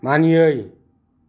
मानियै